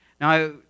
Now